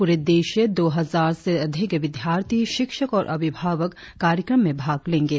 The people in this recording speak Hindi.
पूरे देश से दो हजार से अधिक विद्यार्थी शिक्षक और अभिभावक कार्यक्रम में भाग लेंगे